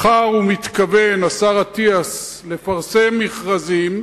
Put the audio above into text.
מחר מתכוון השר אטיאס לפרסם מכרזים.